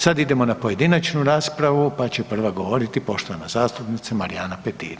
Sad idemo na pojedinačnu raspravu, pa će prva govoriti poštovana zastupnica Marijana Petir.